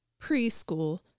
preschool